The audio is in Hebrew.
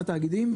נה-56 תאגידים,